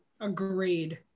Agreed